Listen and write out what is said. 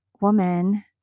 woman